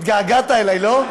התגעגעת אליי, לא?